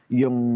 yung